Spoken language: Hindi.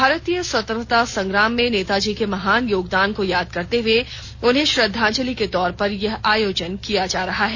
भारतीय स्वतंत्रता संग्राम में नेताजी के महान योगदान को याद करते हुए उन्हें श्रंद्वाजलि के तौर पर यह आयोजन किया जा रहा है